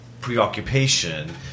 preoccupation